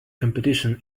competition